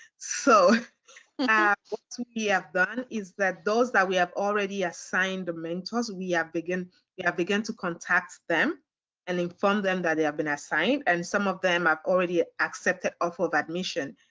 so yeah what we have done is that those that we have already assigned the mentors we have begun we have begun to contact them and inform them that they have been assigned and some of them have already accepted offer of admission.